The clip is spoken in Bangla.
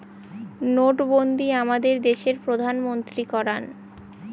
নোটবন্ধী আমাদের দেশের প্রধানমন্ত্রী করান